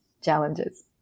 challenges